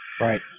Right